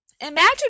Imagine